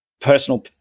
personal